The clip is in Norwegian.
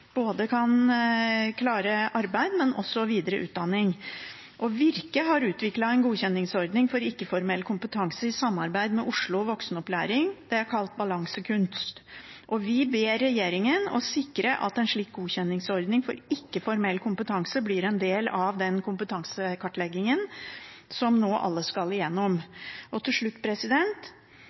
kan klare både arbeid og videre utdanning. Virke har i samarbeid med Oslo Voksenopplæring utviklet en godkjenningsordning for ikke-formell kompetanse, kalt Balansekunst. Vi ber regjeringen om å sikre at en slik godkjenningsordning for ikke-formell kompetanse blir en del av den kompetansekartleggingen som nå alle skal igjennom. Til slutt